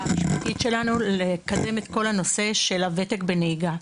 המשפטית שלנו לקדם את כל הנושא של הוותק בנהיגה,